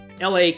LA